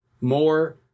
more